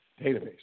database